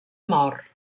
mor